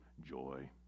joy